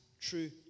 true